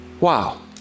wow